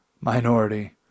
minority